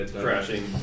crashing